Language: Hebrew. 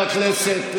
חבר הכנסת אייכלר,